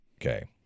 Okay